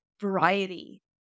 variety